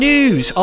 News